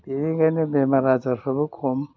बिनिखायनो बेमार आजारफ्राबो खम